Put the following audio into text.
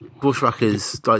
bushwhackers